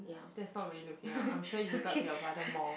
that's not really looking up I'm sure you look up to your brother more